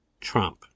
Trump